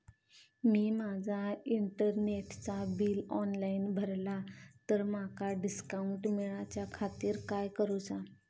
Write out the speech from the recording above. मी माजा इंटरनेटचा bill online भरला तर माका डिस्काउंट मिलाच्या खातीर काय करुचा?